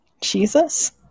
Jesus